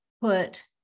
put